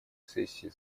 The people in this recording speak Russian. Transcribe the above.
сессии